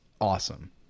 awesome